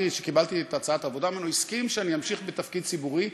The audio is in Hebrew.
שקיבלתי את הצעת העבודה ממנו הסכים שאני אמשיך בתפקיד ציבורי.